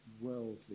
worldly